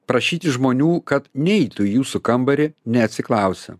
prašyti žmonių kad neitų į jūsų kambarį neatsiklausę